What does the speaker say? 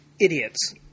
idiots